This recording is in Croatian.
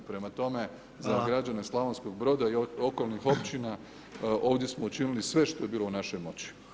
Prema tome, za građane Slavonskog Broda i okolnih općina ovdje smo učinili sve što je bilo u našoj moći.